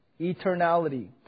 Eternality